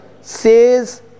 says